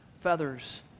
feathers